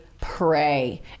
pray